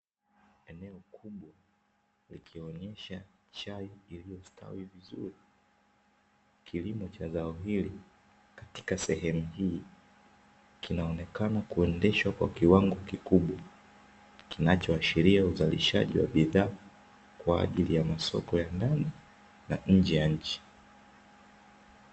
Eneo kubwa likionyesha chai iliyostawi vizuri, kilimo cha zao hili katika sehemu huu kinaonekana kuendeshwa kwa kiwango kikubwa kinachoashiria uzalishaji wa bidhaa kwa ajili ya masoko ya ndani na nje ya nchi.